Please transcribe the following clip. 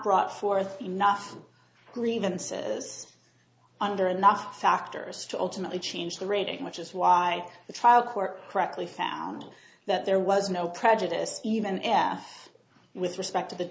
brought forth enough grievances under enough factors to ultimately change the rating which is why the trial court correctly found that there was no prejudice even f with respect to the